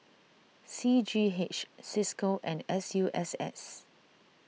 C G H Cisco and S U S S